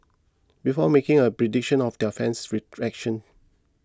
before making a prediction of their fan's rejections